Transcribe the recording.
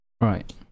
right